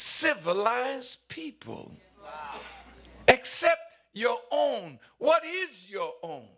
civilize people except your own what is your own